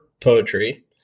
poetry